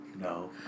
no